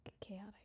chaotic